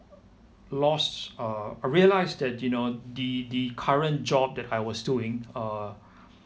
lost uh I realized that you know the the current job that I was doing uh